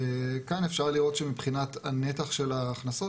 כאן אפשר לראות שמבחינת הנתח של ההכנסות,